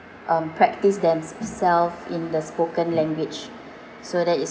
um practice thems~ self in the spoken language so that is